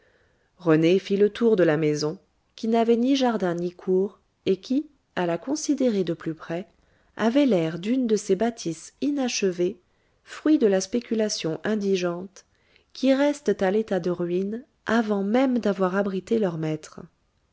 rené fit le tour de la maison qui n'avait ni jardin ni cour et qui à la considérer de plus près avait l'air d'une de ces bâtisses inachevées fruits de la spéculation indigente qui restent à l'état de ruine avant même d'avoir abrité leurs maîtres